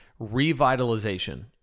revitalization